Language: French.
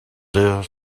deux